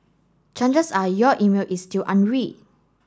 chances are your email is still unread